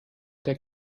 der